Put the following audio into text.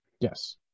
Yes